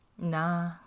Nah